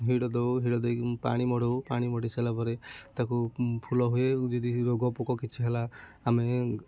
ହିଡ଼ ଦେଉ ହିଡ଼ ଦେଇକି ପାଣି ମଡ଼ଉ ପାଣି ମଢ଼ି ସାରିଲା ପରେ ତାକୁ ଫୁଲ ହୁଏ ଯଦି ରୋଗ ପୋକ କିଛି ହେଲା ଆମେ